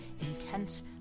intense